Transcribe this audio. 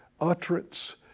utterance